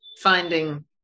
finding